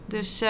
Dus